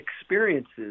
experiences